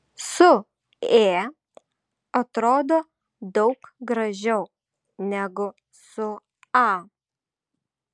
su ė atrodo daug gražiau negu su a